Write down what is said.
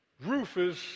Rufus